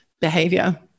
behavior